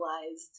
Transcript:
realized